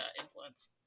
influence